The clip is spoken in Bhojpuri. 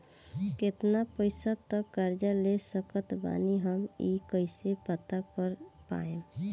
केतना पैसा तक कर्जा ले सकत बानी हम ई कइसे पता कर पाएम?